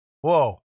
Whoa